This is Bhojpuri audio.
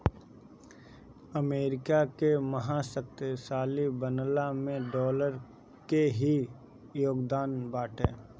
अमेरिका के महाशक्ति बनला में डॉलर के ही योगदान बाटे